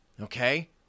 Okay